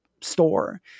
store